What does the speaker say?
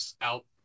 out